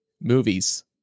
movies